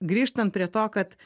grįžtant prie to kad